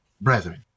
brethren